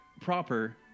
proper